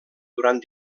durant